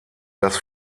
das